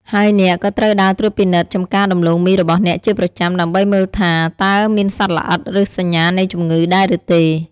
ហើយអ្នកក៏ត្រូវដើរត្រួតពិនិត្យចំការដំឡូងមីរបស់អ្នកជាប្រចាំ ដើម្បីមើលថាតើមានសត្វល្អិត ឬសញ្ញានៃជំងឺដែរឬទេ។